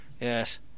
Yes